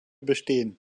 bestehen